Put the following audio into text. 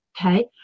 Okay